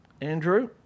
Andrew